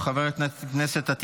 חבר הכנסת סגלוביץ' איננו,